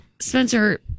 Spencer